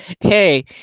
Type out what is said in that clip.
hey